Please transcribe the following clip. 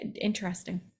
interesting